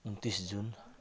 उन्तिस जुन